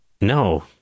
No